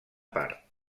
part